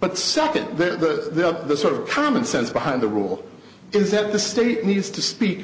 but second they're the sort of commonsense behind the rule is that the state needs to speak